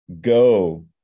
Go